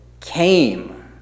came